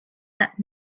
that